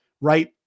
right